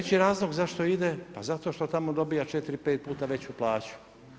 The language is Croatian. Treći razlog zašto ide, pa zato što tamo dobiva 4, 5 puta veću plaću.